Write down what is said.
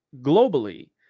globally